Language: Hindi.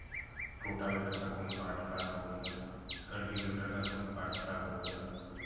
रोटावेटर का कोई पार्ट ख़राब हो गया कल्टीवेटर का कोई पार्ट ख़राब हो गया